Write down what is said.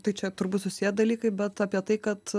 tai čia turbūt susiję dalykai bet apie tai kad